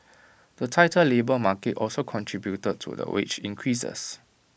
the tighter labour market also contributed to the wage increases